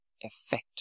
effect